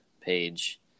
page